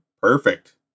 perfect